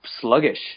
sluggish